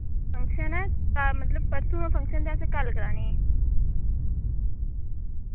function ऐ घर मतलब परसु ऐ फंक्शन ते असैं कल करानी ही